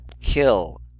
Kill